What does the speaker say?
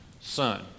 Son